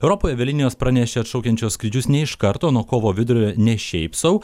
europoje avialinijos pranešė atšaukiančios skrydžius ne iš karto nuo kovo vidurio ne šiaip sau